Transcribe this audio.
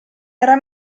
era